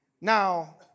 Now